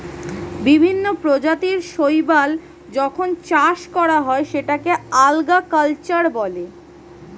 বিভিন্ন প্রজাতির শৈবাল যখন চাষ করা হয় সেটাকে আল্গা কালচার বলে